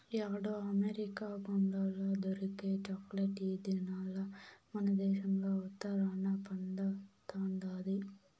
యాడో అమెరికా కొండల్ల దొరికే చాక్లెట్ ఈ దినాల్ల మనదేశంల ఉత్తరాన పండతండాది